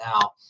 now